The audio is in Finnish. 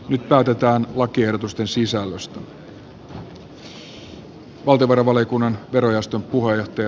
nyt päätetään lakiehdotusten sisällöstä